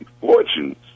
fortunes